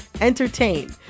entertain